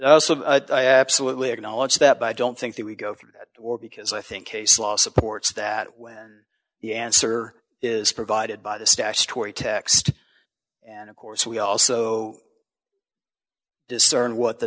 manufacture absolutely acknowledge that but i don't think that we go through that or because i think case law supports that where the answer is provided by the statutory text and of course we also discern